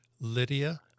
Lydia